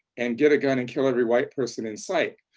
and get a gun and kill every white person in sight.